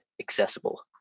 accessible